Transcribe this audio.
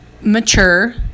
mature